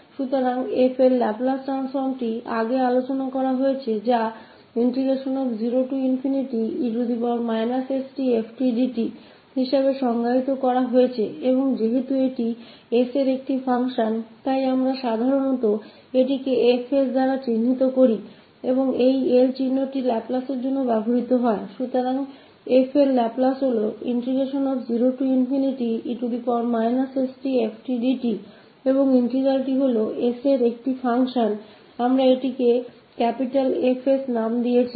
तो तो Laplace transformation fका जैसे कि हम पहले चर्चा कर चुके हैं परिभाषित किया गया है 0e stfdtऔर क्योंकि यह 𝑠 का फंक्शन हैहम आम तौर पर इसे निरूपित करते हैं 𝐹 𝑠 और इस 𝐿 प्रतीक लाप्लास के लिए प्रयोग किया जाता है तोलाप्लास 𝑓 का 0e stfdt है और यह s का एक फंक्शन है हम इसेनाम देते हैं 𝐹𝑠